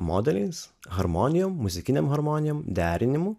modeliais harmonijom muzikinėm harmonijom derinimu